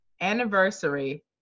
anniversary